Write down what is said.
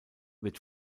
wird